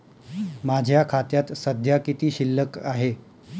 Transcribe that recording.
माझ्या खात्यात सध्या किती शिल्लक आहे?